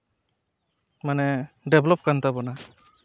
ᱢᱟᱱᱮ ᱰᱮᱵᱷᱞᱚᱯ ᱟᱠᱟᱱ ᱛᱟᱵᱚᱱᱟ